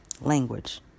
language